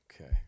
Okay